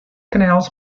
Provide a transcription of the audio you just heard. canals